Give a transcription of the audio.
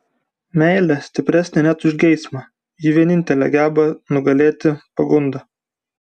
meilė stipresnė net už geismą ji vienintelė geba nugalėti pagundą